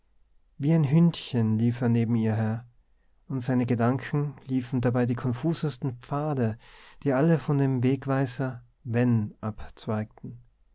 wie ein hündchen lief er neben ihr her und seine gedanken liefen dabei die konfusesten pfade die alle von dem wegweiser wenn